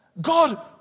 God